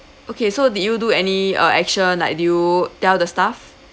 okay so did you do any uh action like did you tell the staff